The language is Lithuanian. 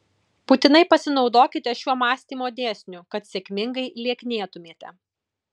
būtinai pasinaudokite šiuo mąstymo dėsniu kad sėkmingai lieknėtumėte